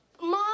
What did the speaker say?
Mom